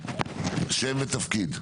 אדוני שם ותפקיד.